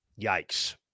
yikes